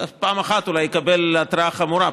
פעם אחת אולי יקבל התראה חמורה,